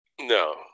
No